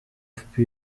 fpr